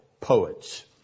poets